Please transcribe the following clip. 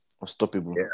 unstoppable